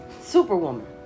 Superwoman